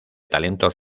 talentos